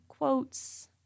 Quotes